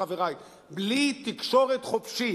חברי בלי תקשורת חופשית,